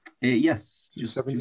Yes